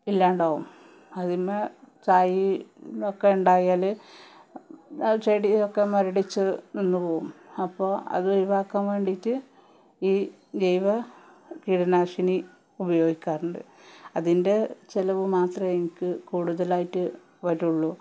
ഇല്ലാണ്ടാവും അതുമ്മേ ചായ്ന്നൊക്കെ ഉണ്ടായാൽ ചെടിയൊക്കെ മൊരടിച്ച് നിന്ന് പോവും അപ്പോൾ അതൊഴിവാക്കാൻ വേണ്ടീട്ട് ഈ ജൈവ കീടനാശിനി ഉപയോഗിക്കാറുണ്ട് അതിൻ്റെ ചിലവ് മാത്രമേ എനിക്ക് കൂടുതലായിട്ട് വരുള്ളൂ